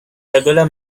regular